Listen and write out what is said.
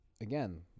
again